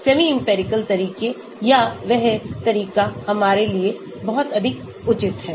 semiempirical तरीके या वह तरीका हमारे लिए बहुत अधिक उचित है